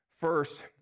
First